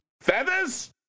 Feathers